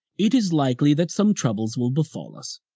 it is likely that some troubles will befall us,